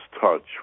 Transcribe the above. touch